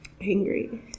Angry